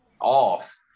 off